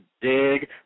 dig